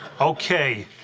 Okay